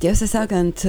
tiesą sakant